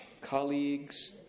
colleagues